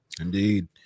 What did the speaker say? Indeed